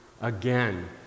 again